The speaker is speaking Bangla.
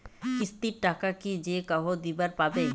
কিস্তির টাকা কি যেকাহো দিবার পাবে?